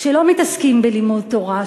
שלא מתעסקים בלימוד תורה,